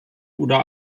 oder